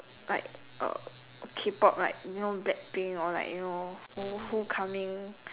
like a K-pop like you know Blackpink or like you know who who coming